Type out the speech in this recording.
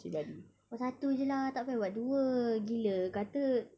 buat satu jer lah tak payah buat dua gila kata